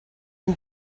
who